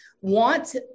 want